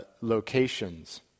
locations